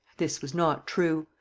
this was not true.